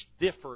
differ